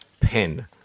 pen